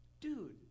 dude